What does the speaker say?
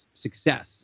success